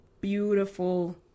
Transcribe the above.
beautiful